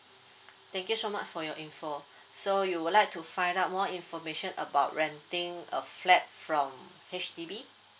thank you so much for your info so you would like to find out more information about renting a flat from H_D_B